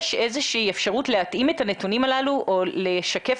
יש אפשרות להתאים את הנתונים הללו או לשקף